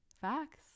Facts